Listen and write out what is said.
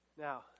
Now